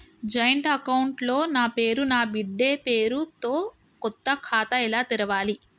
Joint account లో నా పేరు నా బిడ్డే పేరు తో కొత్త ఖాతా ఎలా తెరవాలి?